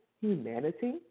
humanity